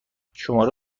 شماره